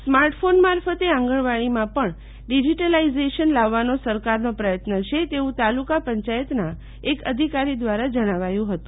smart phone મારફતે આંગણવાડીમાં પણ ડીઝીટલાઈઝેશન લાવવાનો સરકારનો પ્રયત્ન છે તેવું તાલુકા પંચાયતના એક અધિકારી દ્વારા જણાવાયું હતું